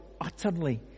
utterly